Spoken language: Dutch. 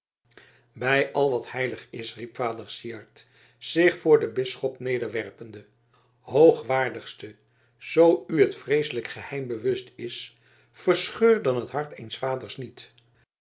bij al wat heilig is riep vader syard zich voor den bisschop nederwerpende hoogwaardigste zoo u het vreeselijk geheim bewust is verscheur dan het hart eens vaders niet